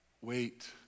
Wait